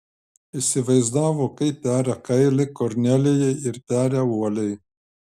įsivaizdavo kaip peria kailį kornelijai ir peria uoliai